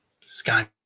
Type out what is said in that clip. Sky